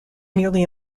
nearly